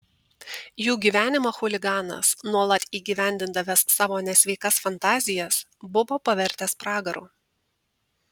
jų gyvenimą chuliganas nuolat įgyvendindavęs savo nesveikas fantazijas buvo pavertęs pragaru